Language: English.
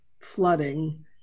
flooding